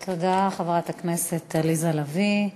תודה, חברת הכנסת עליזה לביא.